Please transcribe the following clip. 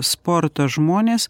sporto žmonės